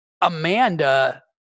Amanda